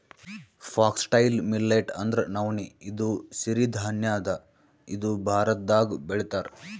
foxtail millet ಅಂದ್ರ ನವಣಿ ಇದು ಸಿರಿ ಧಾನ್ಯ ಅದಾ ಇದು ಭಾರತ್ದಾಗ್ ಬೆಳಿತಾರ್